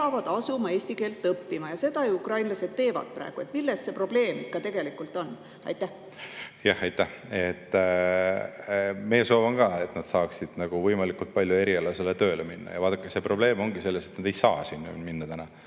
peavad asuma eesti keelt õppima. Seda ju ukrainlased teevad praegu. Milles see probleem tegelikult on? Aitäh! Meie soov on ka, et nad saaksid võimalikult palju erialasele tööle minna. Vaadake, probleem ongi selles, et nad ei saa sinna minna,